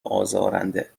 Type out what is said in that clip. ازارنده